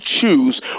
choose